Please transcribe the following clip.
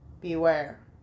beware